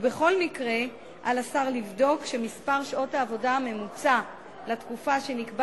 ובכל מקרה על השר לבדוק שמספר שעות העבודה הממוצע לתקופה שנקבע